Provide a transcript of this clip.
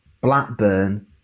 Blackburn